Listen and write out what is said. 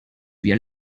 wir